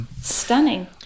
Stunning